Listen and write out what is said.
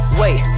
wait